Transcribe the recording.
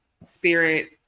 spirit